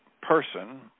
person